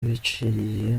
biciye